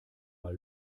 mal